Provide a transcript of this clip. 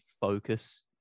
focus